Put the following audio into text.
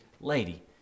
lady